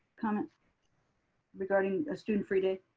comment regarding a student free day?